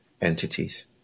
entities